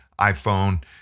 iPhone